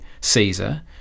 Caesar